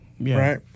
Right